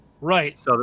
Right